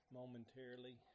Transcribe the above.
momentarily